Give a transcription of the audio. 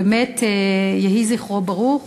באמת, יהי זכרו ברוך.